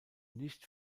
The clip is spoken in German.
nicht